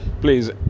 please